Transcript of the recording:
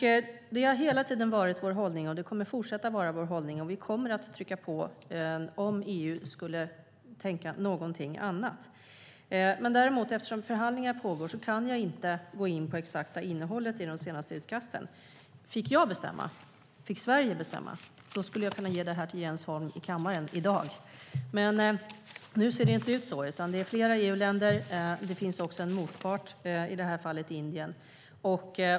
Detta har hela tiden varit vår hållning, och det kommer att fortsätta vara vår hållning. Vi kommer att trycka på om EU skulle tänka någonting annat. Men eftersom förhandlingar pågår kan jag inte gå in på det exakta innehållet i de senaste utkasten. Fick jag bestämma och Sverige fick bestämma skulle jag kunna ge det till Jens Holm i kammaren i dag. Men nu ser det inte ut så, utan det är flera EU-länder, och det finns också en motpart, i det här fallet Indien.